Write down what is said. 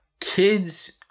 kids